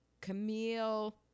Camille